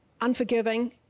unforgiving